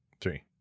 Three